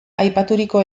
aipaturiko